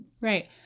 Right